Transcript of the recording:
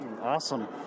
Awesome